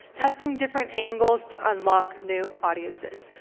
testing different angles to unlock new audiences.